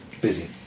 Busy